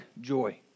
joy